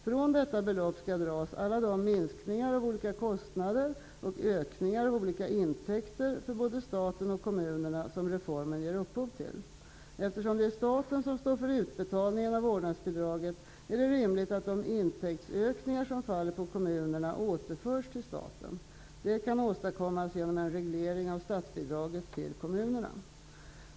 Från detta belopp skall dras alla de minskningar av olika kostnader och ökningar av olika intäkter för både staten och kommunerna som reformen ger upphov till. Eftersom det är staten som står för utbetalningen av vårdnadsbidraget är det rimligt att de intäktsökningar som faller på kommunerna återförs till staten. Det kan åstadkommas genom en reglering av statsbidraget till kommunerna.